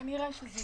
כנראה שזה יקרה.